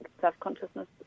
self-consciousness